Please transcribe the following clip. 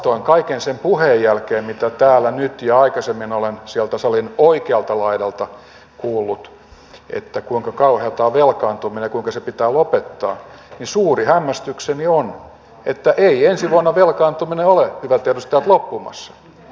päinvastoin kaiken sen puheen jälkeen mitä täällä nyt ja aikaisemmin olen sieltä salin oikealta laidalta kuullut että kuinka kauheata on velkaantuminen ja kuinka se pitää lopettaa suuri hämmästykseni on että ei ensi vuonna velkaantuminen ole hyvät edustajat loppumassa